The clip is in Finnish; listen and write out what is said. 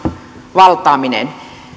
valtaaminen